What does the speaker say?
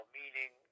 meaning